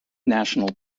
national